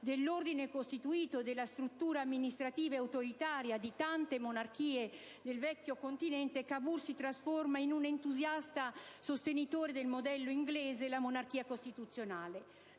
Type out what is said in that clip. dell'ordine costituito e della struttura amministrativa e autoritaria di tante monarchie del vecchio continente, Cavour si trasforma in un entusiasta sostenitore del modello inglese, la monarchia costituzionale.